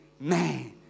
Man